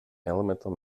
elemental